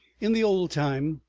in the old time,